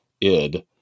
ID